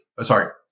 sorry